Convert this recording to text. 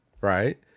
right